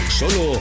solo